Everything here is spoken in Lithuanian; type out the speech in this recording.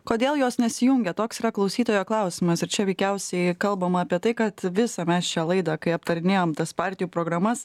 kodėl jos nesijungia toks yra klausytojo klausimas ir čia veikiausiai kalbama apie tai kad visą mes čia laidą kai aptarinėjom tas partijų programas